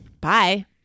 Bye